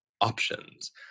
options